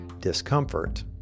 discomfort